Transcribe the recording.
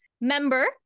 member